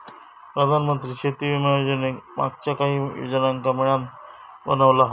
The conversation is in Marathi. प्रधानमंत्री शेती विमा योजनेक मागच्या काहि योजनांका मिळान बनवला हा